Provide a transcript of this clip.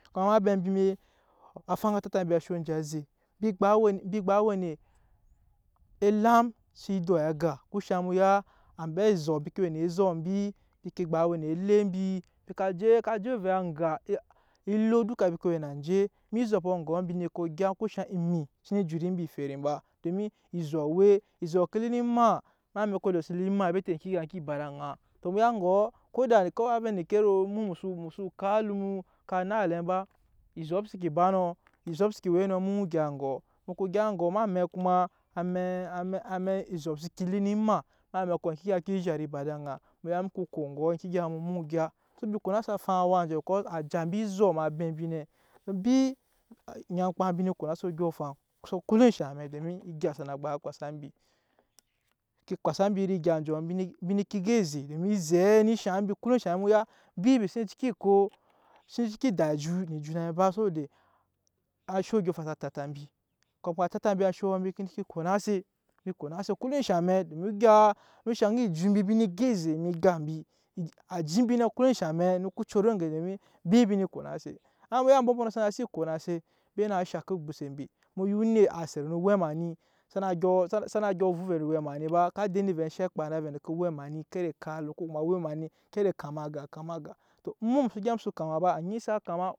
Ka ma ema abe mbi we afaŋ a tata mbi ansho aze embi gba we elam se doi aga eŋke shaŋ mu ya ambe azɔp mbi ke we na azɔp mbi mbi ke gba we elɛk mbi ka je ovɛ aŋga elo duka mbi we na njɛ eme ezɔpɔ egɔ mbi nee ko egya eŋke shaŋ emmi xsene jut mbi eferem ba domin ezɔp e we zɔp ke li lo emaa em'amɛkɔ ezɔp ke li lo maa bete eŋke egya lo ba ed'aŋa tɔ mu ya egɔ koda vɛ endeke ro emu mu xso kap alum mu kap naŋ elɛm ba ezɔp seke we nɔ emu mu gya egɔ mu ko gya egɔ em'amɛk kuma ezɔp seke li no maa em'amɛkɔ eŋke egya ke zhat eba ed'aŋa mu ya mu ko ko egɔ eŋke egya mu kuma mu gya, so mbi konase afaŋ awa anjɔ cose a ja mbi ezɔp em'abe mbi nɛ mbi nyankpa mbi nee konase odyɔŋ afaŋ kullum eenshɛ amɛk domin egya sana gba kpasa mbi. Ke kpasa mbi iri egya enjɔ embi nee ke go eze domin ezeɛ ne shaŋ mbi ko eme enshe amɛk mu ya embi mbi xsene cika eko mbi xsene cika dak ejut no juna mbi ba saboda ansho odyɔŋ afaŋ sa tata mbi kuma ka tata mbi anshoɔ mbi nee ke konase mbi konase ko eme enshɛ amɛk domin egyaa nee shaŋ ejut mbi ne go eze eme egap mbi aji mbi ko eme enshɛ amɛk no ko coro eŋgeke domin embi mbi nee konase amma mu ya xsana si konase embe naa shaŋke ogbose mbe mu ya onet a set no owɛma ni xsana dyɔ vɛ ovɛ na ni ba ka de ni vɛ enshɛ kpa na vɛ endeke owɛma ni tere ekap alum ko kuma owɛma ni tere kama aga kama aga tɔ emu mu xso gyɛp ekama ba anyi sa gyɛp ekama.